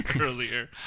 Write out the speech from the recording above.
earlier